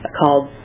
called